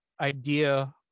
idea